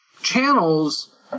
channels